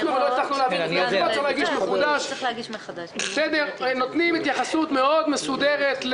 אני מבקש התייחסות מיוחדת של הוועדה.